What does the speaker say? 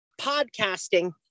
podcasting